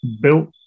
built